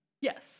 Yes